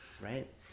right